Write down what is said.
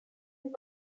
pour